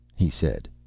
he said.